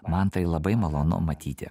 man tai labai malonu matyti